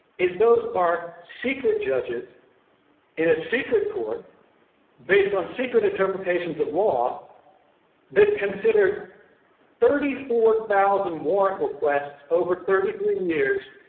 is those are secret judges in a secret court based on secret interpretations of law that's considered thirty four thousand warrant requests over thirty three years,